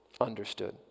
understood